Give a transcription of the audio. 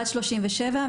בת 37,